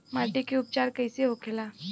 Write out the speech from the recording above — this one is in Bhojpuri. माटी के उपचार कैसे होखे ला?